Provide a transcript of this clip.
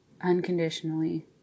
unconditionally